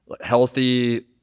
healthy